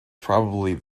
probably